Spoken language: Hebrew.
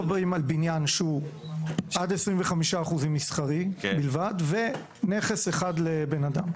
עד 25% זה מסחרי בלבד ונכס אחד לאדם.